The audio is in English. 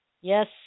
Yes